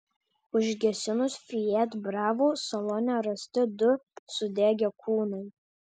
užgesinus fiat bravo salone rasti du sudegę kūnai